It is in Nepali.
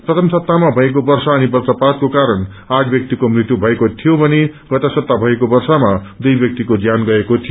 प्रथम सन्ताहमा भएको वर्षा अनि बन्नपातको कारण आठ ब्यक्तिको मृत्यु भएको छ भने गत सन्ताह भएको वर्षामा दुइ व्यक्तिको ज्यान गएको थियो